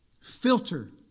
Filter